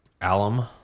Alum